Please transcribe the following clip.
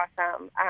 awesome